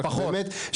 כי אנחנו באמת,